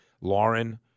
Lauren